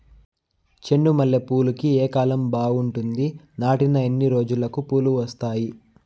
చెండు మల్లె పూలుకి ఏ కాలం బావుంటుంది? నాటిన ఎన్ని రోజులకు పూలు వస్తాయి?